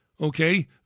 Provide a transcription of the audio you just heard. okay